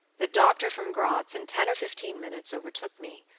the doctor from gratz, in ten or fifteen minutes, overtook me.